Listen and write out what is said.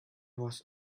was